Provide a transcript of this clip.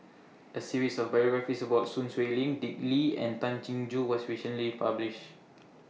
A series of biographies about Sun Xueling Dick Lee and Tay Chin Joo was recently published